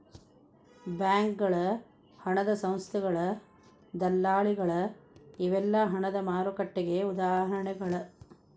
ಬ್ಯಾಂಕಗಳ ಹಣದ ಸಂಸ್ಥೆಗಳ ದಲ್ಲಾಳಿಗಳ ಇವೆಲ್ಲಾ ಹಣದ ಮಾರುಕಟ್ಟೆಗೆ ಉದಾಹರಣಿಗಳ